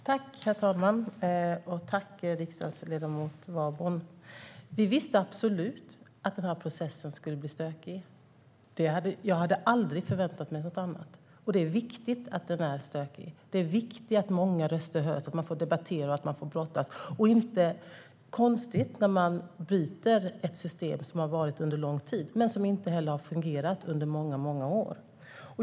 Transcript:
Herr talman! Tack, riksdagsledamot Warborn! Vi visste absolut att den här processen skulle blir stökig. Jag hade aldrig förväntat mig något annat, och det är viktigt att den är stökig. Många röster ska höras så att man får debattera och brottas med frågorna. Det är inte konstigt när man byter ut ett system som har tillämpats under lång tid och som inte har fungerat under många år.